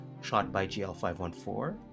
shotbygl514